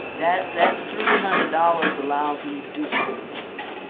that that three hundred dollars allows me to do something else